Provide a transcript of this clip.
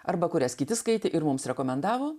arba kurias kiti skaitė ir mums rekomendavo